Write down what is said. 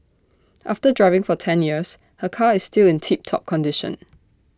after driving for ten years her car is still in tip top condition